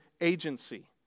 agency